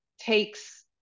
takes